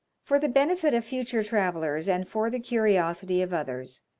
for the benefit of future travelers, and for the curiosity of others,